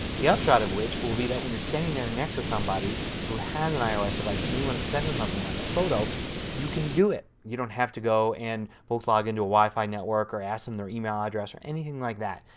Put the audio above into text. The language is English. the upshot of which will be that when you are standing there next to somebody who has an ios device and you want to send them something like a photo you can do it, you don't have to go and both log into a wifi network or ask them their email address of anything like that.